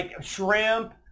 shrimp